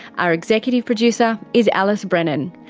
our executive producer is alice brennan.